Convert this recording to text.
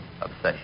obsession